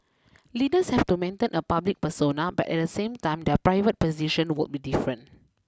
leaders have to maintain a public persona but at the same time their private position would be different